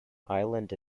island